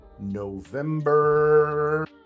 november